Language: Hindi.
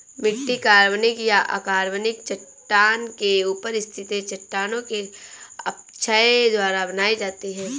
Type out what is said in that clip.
मिट्टी कार्बनिक या अकार्बनिक चट्टान के ऊपर स्थित है चट्टानों के अपक्षय द्वारा बनाई जाती है